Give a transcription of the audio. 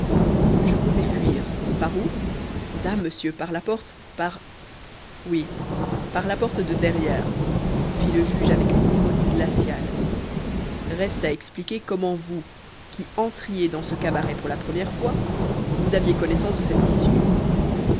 je comptais fuir par où dame monsieur par la porte par oui par la porte de derrière fit le juge avec une ironie glaciale reste à expliquer comment vous qui entriez dans ce cabaret pour la première fois vous aviez connaissance de cette issue